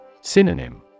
Synonym